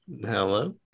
Hello